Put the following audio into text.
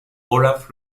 olaf